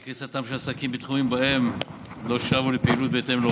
יש לך עזר כנגדו, אתה יכול להיות רגוע.